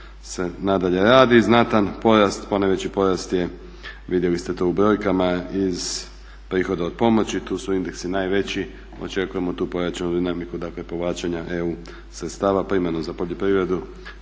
se nadalje radi. Znatan porast, ponajveći porast je vidjeli ste to u brojkama iz prihoda od pomoći, tu su indeksi najveći. Očekujemo tu pojačanju dinamika povlačenja EU sredstava primarno za poljoprivredu,